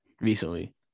recently